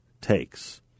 takes